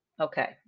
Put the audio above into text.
Okay